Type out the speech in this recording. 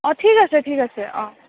অঁ ঠিক আছে ঠিক আছে অঁ